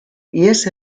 ihes